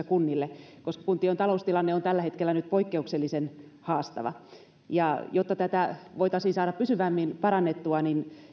kunnille koska kuntien taloustilanne on tällä hetkellä poikkeuksellisen haastava jotta tätä voitaisiin saada pysyvämmin parannettua